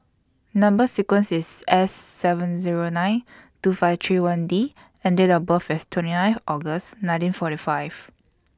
Number sequence IS S seven Zero nine two five three one D and Date of birth IS twenty nine August nineteen forty five